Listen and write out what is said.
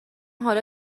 حالا